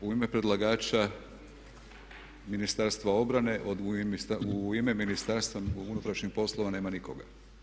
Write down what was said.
U ime predlagača Ministarstva obrane, u ime Ministarstva unutarnjih poslova nema nikoga.